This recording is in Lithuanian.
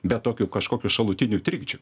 bet tokių kažkokių šalutinių trikdžių